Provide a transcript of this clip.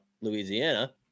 Louisiana